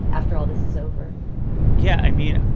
after all this is over yeah, i mean,